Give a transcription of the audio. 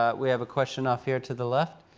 ah we have a question off here to the left.